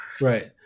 Right